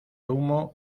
humo